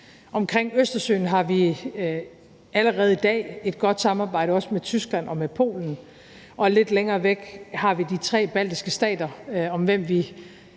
Omkring Østersøen har vi allerede i dag et godt samarbejde også med Tyskland og med Polen, og lidt længere væk har vi de tre baltiske stater, som vi